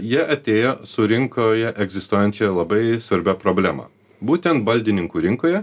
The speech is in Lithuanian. jie atėjo su rinkoje egzistuojančia labai svarbia problema būtent baldininkų rinkoje